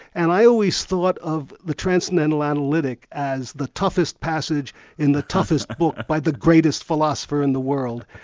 and i always thought of the transcendental analytic as the toughest passage in the toughest book by the greatest philosopher in the world,